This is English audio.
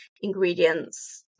ingredients